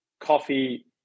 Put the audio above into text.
coffee